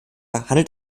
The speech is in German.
handelt